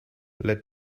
led